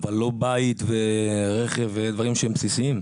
אבל לא בית ורכב ודברים שהם בסיסיים.